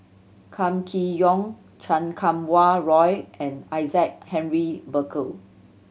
Kam Kee Yong Chan Kum Wah Roy and Isaac Henry Burkill